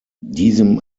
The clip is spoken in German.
diesem